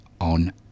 on